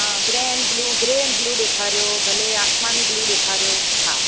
हा ग्रे ऐं blue grey ऐं ब्लू ॾेखारियो भले आसमानी ब्लू ॾेखारियो हा